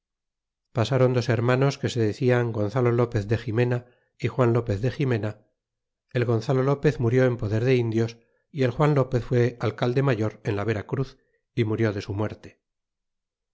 pasron dos hermanos que se decian gonzalo lopez de ximena y juan lopez de ximena el gonzzlo lopez murió en poder de indios y el juan lopez fué alcalde mayor en la vera cruz y murió de su muerte